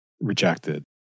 rejected